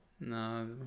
No